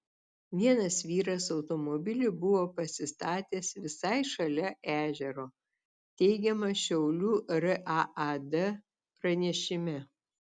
vienas vyras automobilį buvo pasistatęs visai šalia ežero teigiama šiaulių raad pranešime